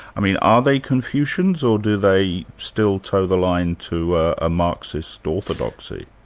i mean are they confucians, or do they still toe the line to a marxist orthodoxy?